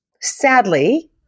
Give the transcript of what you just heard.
Sadly